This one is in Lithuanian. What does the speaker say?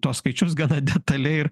tuos skaičius gana detaliai ir